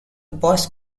boss